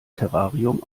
terrarium